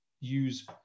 use